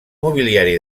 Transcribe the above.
mobiliari